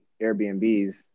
Airbnbs